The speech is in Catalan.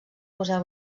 museu